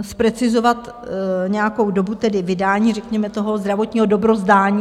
zprecizovat tedy nějakou dobu vydání řekněme toho zdravotního dobrozdání.